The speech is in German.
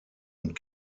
und